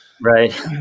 right